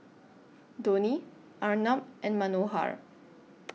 Dhoni Arnab and Manohar